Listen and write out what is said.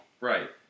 Right